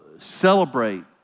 Celebrate